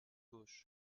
gauche